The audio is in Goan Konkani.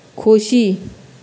खोशी